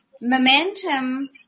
momentum